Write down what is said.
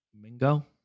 Mingo